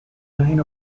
line